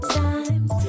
times